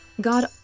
God